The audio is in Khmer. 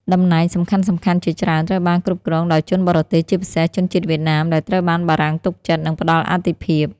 តំណែងសំខាន់ៗជាច្រើនត្រូវបានគ្រប់គ្រងដោយជនបរទេស ជាពិសេសជនជាតិវៀតណាម ដែលត្រូវបានបារាំងទុកចិត្ត និងផ្ដល់អាទិភាព។